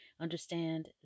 understand